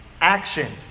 action